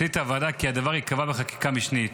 החליטה הוועדה כי הדבר ייקבע בחקיקה משנית.